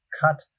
cut